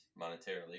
monetarily